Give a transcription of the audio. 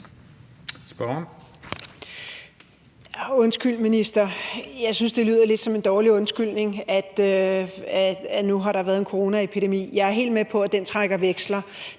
Undskyld, minister, jeg synes, det lyder lidt som en dårlig undskyldning, at nu har der været en coronaepidemi. Jeg er helt med på, at den trækker veksler,